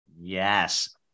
Yes